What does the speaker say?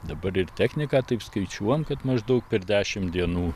dabar ir techniką taip skaičiuojant kad maždaug per dešimt dienų